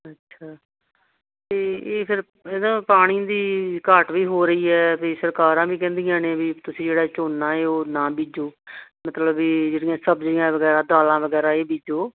ਅੱਛਾ ਅਤੇ ਇਹ ਫਿਰ ਇਹਦਾ ਪਾਣੀ ਦੀ ਘਾਟ ਵੀ ਹੋ ਰਹੀ ਹੈ ਵੀ ਸਰਕਾਰਾਂ ਵੀ ਕਹਿੰਦੀਆਂ ਨੇ ਵੀ ਤੁਸੀਂ ਜਿਹੜਾ ਇਹ ਝੋਨਾ ਹੈ ਉਹ ਨਾ ਬੀਜੋ ਮਤਲਬ ਇਹ ਜਿਹੜੀਆਂ ਸਬਜ਼ੀਆਂ ਵਗੈਰਾ ਦਾਲਾਂ ਵਗੈਰਾ ਇਹ ਬੀਜੋ